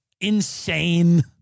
insane